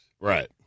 Right